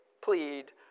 plead